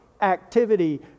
activity